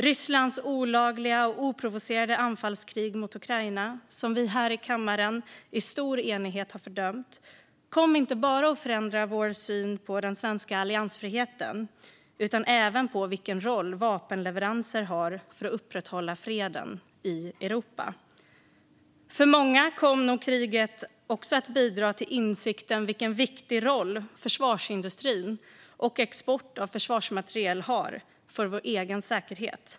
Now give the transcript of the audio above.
Rysslands olagliga och oprovocerade anfallskrig mot Ukraina, som vi här i kammaren i stor enighet har fördömt, kom att förändra vår syn inte bara på den svenska alliansfriheten utan även på vilken roll vapenleveranser har för att upprätthålla freden i Europa. För många kom nog kriget att bidra till insikten om vilken viktig roll försvarsindustrin och exporten av försvarsmateriel har för vår egen säkerhet.